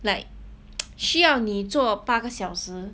like 需要你做八个小时